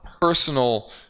personal